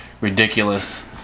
ridiculous